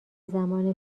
زمان